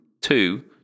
two